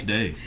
Day